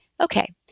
okay